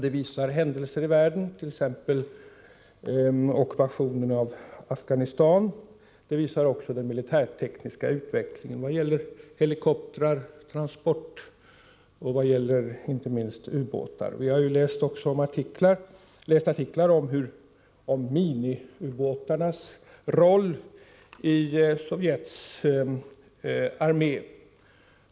Det visar händelser i världen, t.ex. ockupationen av Afghanistan. Det visar också den militärtekniska utvecklingen i vad gäller helikoptrar och transporter och inte minst ubåtar. Vi har vidare läst artiklar om miniubåtarnas roll i Sovjets armé.